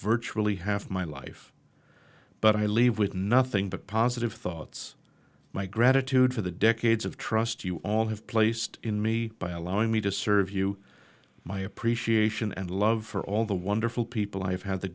virtually half my life but i leave with nothing but positive thoughts my gratitude for the decades of trust you all have placed in me by allowing me to serve you my appreciation and love for all the wonderful people i've had the